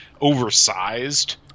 oversized